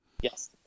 Yes